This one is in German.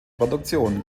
produktion